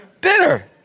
Bitter